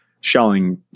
shelling